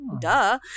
Duh